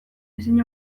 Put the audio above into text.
ezin